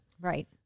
right